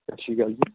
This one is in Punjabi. ਸਤਿ ਸ਼੍ਰੀ ਅਕਾਲ ਜੀ